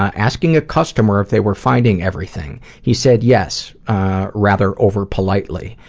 asking a customer if they were finding everything. he said yes rather over-politely.